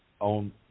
on